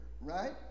right